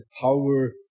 power